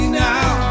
now